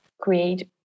create